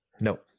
No